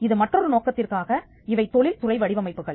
இது மற்றொரு நோக்கத்திற்காக இவை தொழில் துறை வடிவமைப்புகள்